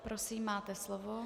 Prosím, máte slovo.